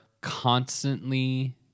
constantly